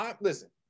Listen